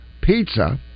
Pizza